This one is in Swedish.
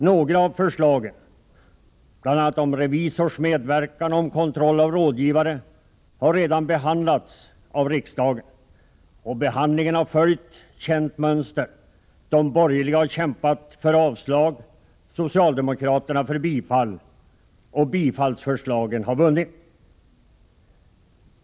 Några av förslagen, bl.a. om revisors medverkan och om kontroll av rådgivare, har redan behandlats av riksdagen. Behandlingen har följt känt mönster: de borgerliga har kämpat för avslag, socialdemokraterna för bifall. Och bifallsförslagen har vunnit.